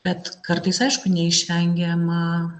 bet kartais aišku neišvengiama